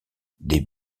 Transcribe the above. des